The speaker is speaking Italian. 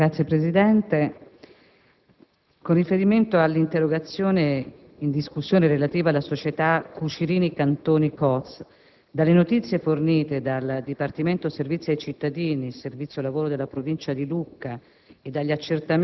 Signor Presidente, con riferimento all'interrogazione in discussione, relativa alla società Cucirini Cantoni Coats, dalle notizie fornite dal Dipartimento Servizi ai cittadini-Servizio lavoro della Provincia di Lucca